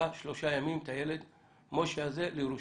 מסיעה שלושה ימים את הילד משה לירושלים.